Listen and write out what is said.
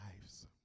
lives